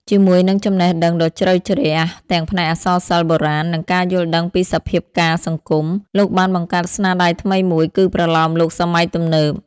ជាមួយនឹងចំណេះដឹងដ៏ជ្រៅជ្រះទាំងផ្នែកអក្សរសិល្ប៍បុរាណ និងការយល់ដឹងពីសភាពការណ៍សង្គម លោកបានបង្កើតស្នាដៃថ្មីមួយគឺប្រលោមលោកសម័យទំនើប។